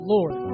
Lord